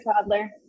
toddler